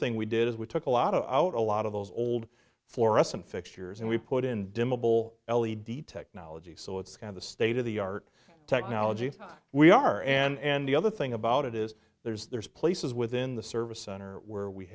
thing we did is we took a lot of out a lot of those old fluorescent fixtures and we put in dimmable l e d technology so it's kind of the state of the art technology we are and the other thing about it is there's there's places within the service center where we